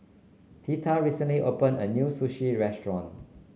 Theta recently opened a new Sushi Restaurant